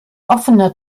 offener